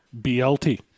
BLT